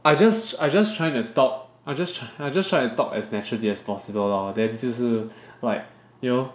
I just I just trying to talk I just I just try to talk as naturally as possible lor then 就是 like you know